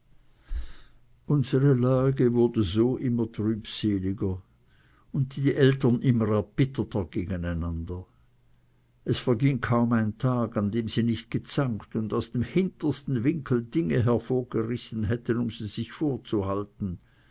unsere lage wurde so immer trübseliger und die eltern immer erbitterter gegeneinander es verging kaum ein tag an dem sie nicht gezankt und aus dem hintersten winkel dinge hervorgerissen hätten um sich dieselben vorzuhalten